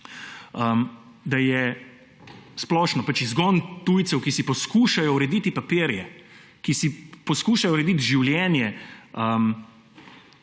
da je splošno pač izgon tujcev, ki si poskušajo urediti papirje, ki si poskušajo urediti življenje,